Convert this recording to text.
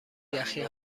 یخی